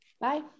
Bye